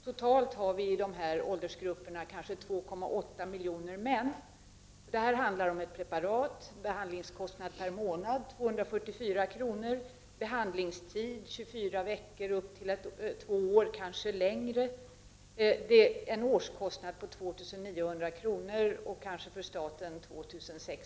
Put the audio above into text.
Totalt har vi i dessa åldersgrupper kanske 2,8 miljoner män. Det handlar således om ett preparat med en behandlingskostnad per månad om 244 kr. Behandlingstiden är från 24 veckor och upp till två år — i vissa fall kanske längre. Det handlar om en årskostnad av 2 900 kr. — för staten kanske 2 600 kr.